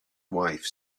wife